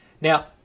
Now